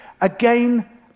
again